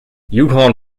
yukon